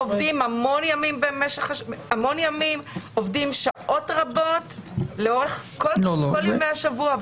-- עובדים ימים רבים ושעות רבות לאורך כל ימי השבוע,